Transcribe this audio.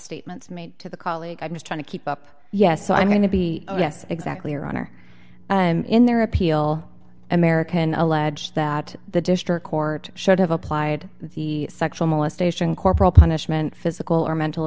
statements made to the colleague i'm just trying to keep up yes so i'm going to be yes exactly are on are and in their appeal american allege that the district court should have applied the sexual molestation corporal punishment physical or mental